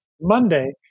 Monday